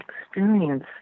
experience